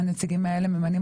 האוצר ממנה